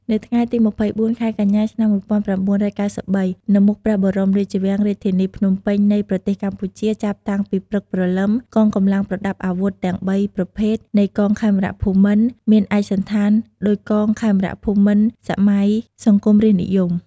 នៅថ្ងៃទី២៤ ខែកញ្ញា ឆ្នាំ១៩៩៣ នៅមុខព្រះបរមរាជវាំងរាជធានីភ្នំពេញនៃប្រទេសកម្ពុជាចាប់តាំងពីព្រឹកព្រលឹម កងកម្លាំងប្រដាប់អាវុធទាំងបីប្រភេទនៃកងខេមរភូមិន្ទមានឯកសណ្ឋានដូចកងខេមរភូមិន្ទសម័យសង្គមរាស្ត្រនិយម។